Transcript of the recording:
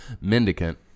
mendicant